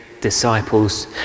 disciples